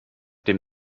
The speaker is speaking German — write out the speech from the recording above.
dem